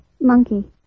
monkey